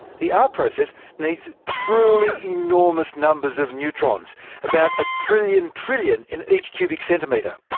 the ah r-process needs truly enormous numbers of neutrons about a trillion trillion in each cubic centimetre!